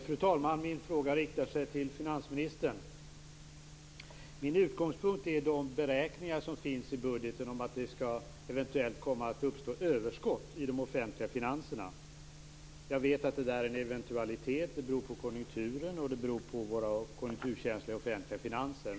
Fru talman! Min fråga riktar sig till finansministern. Min utgångspunkt är de beräkningar som finns i budgeten om att det eventuellt skall komma att uppstå överskott i de offentliga finanserna. Jag vet att detta är en eventualitet. Det beror på konjunkturen och på våra konjunkturkänsliga offentliga finanser.